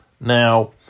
Now